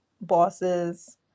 bosses